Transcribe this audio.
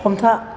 हमथा